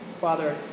Father